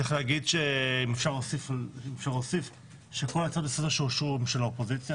צריך לומר שכל ההצעות לסדר שאושרו הן של האופוזיציה,